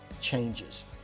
changes